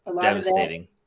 devastating